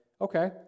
okay